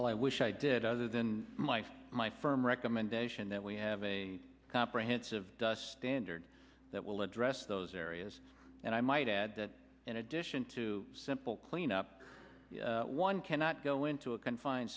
all i wish i did other than my firm recommendation that we have a comprehensive standard that will address those areas and i might add that in addition to simple cleanup one cannot go into a confined